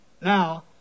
now